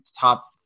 top